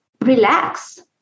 relax